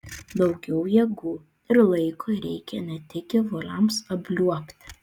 daugiau jėgų ir laiko reikia ne tik gyvuliams apliuobti